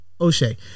O'Shea